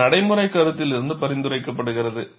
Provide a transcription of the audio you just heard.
இது நடைமுறைக் கருத்தில் இருந்து பரிந்துரைக்கப்படுகிறது